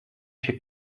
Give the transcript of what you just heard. się